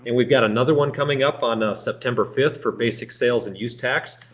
and we've got another one coming up on september fifth for basic sales and use tax.